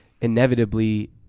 inevitably